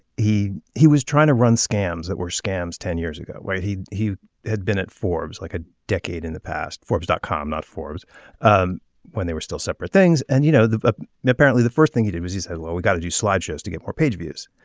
he he was trying to run scams that were scams ten years ago where he he had been at forbes like a decade in the past forbes dot com not forbes um when they were still separate things. and you know that ah now apparently the first thing he did was he said well we got to do slideshows to get more page views.